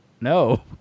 no